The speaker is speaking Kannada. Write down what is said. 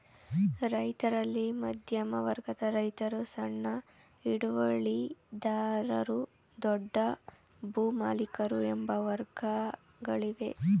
ರೈತರಲ್ಲಿ ಮಧ್ಯಮ ವರ್ಗದ ರೈತರು, ಸಣ್ಣ ಹಿಡುವಳಿದಾರರು, ದೊಡ್ಡ ಭೂಮಾಲಿಕರು ಎಂಬ ವರ್ಗಗಳಿವೆ